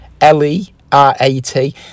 L-E-R-A-T